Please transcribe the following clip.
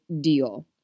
deal